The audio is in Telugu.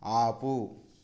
ఆపు